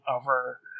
over